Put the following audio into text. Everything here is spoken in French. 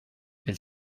elle